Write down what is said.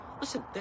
Listen